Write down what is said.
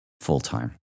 full-time